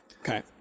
Okay